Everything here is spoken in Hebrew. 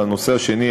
והנושא השני,